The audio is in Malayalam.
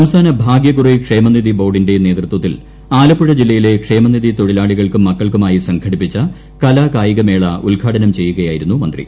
സംസ്ഥാന ഭാഗ്യക്കുറി ക്ഷേമനിധി ബോർഡിന്റെ നേതൃത്വത്തിൽ ആലപ്പുഴ ജില്ലയിലെ ക്ഷേമനിധി തൊഴിലാളികൾക്കും മക്കൾക്കുമായി സംഘടിപ്പിച്ച കലാകായിക മേള ഉദ്ഘാടനം ചെയ്യുകയായിരുന്നു മന്ത്രി